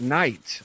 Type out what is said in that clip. night